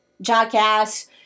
jackass